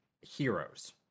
heroes